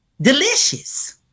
delicious